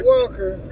Walker